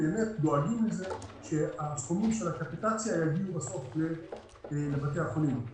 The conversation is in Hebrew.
דואגים לזה שהסכומים של הקפיטציה יגיעו בסוף לבתי החולים.